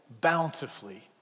bountifully